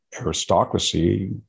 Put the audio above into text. aristocracy